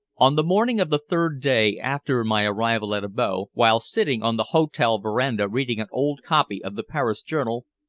on the morning of the third day after my arrival at abo, while sitting on the hotel veranda reading an old copy of the paris journal,